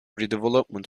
redevelopment